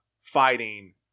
fighting